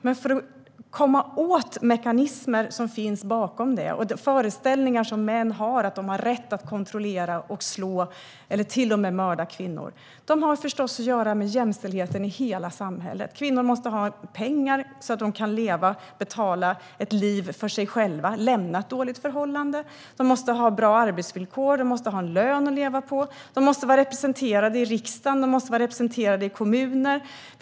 Men hur ska man komma åt de mekanismer som finns bakom det och de föreställningar som män har om att de har rätt att kontrollera, slå eller till och med mörda kvinnor? Det har förstås att göra med jämställdheten i hela samhället. Kvinnor måste ha pengar, så att de kan betala för ett liv för sig själva och lämna dåliga förhållanden. De måste ha bra arbetsvillkor och en lön att leva på. De måste vara representerade i riksdagen och i kommuner.